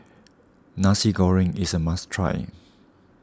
Nasi Goreng is a must try